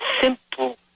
simple